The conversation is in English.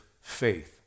faith